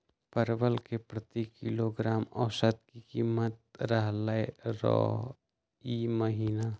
परवल के प्रति किलोग्राम औसत कीमत की रहलई र ई महीने?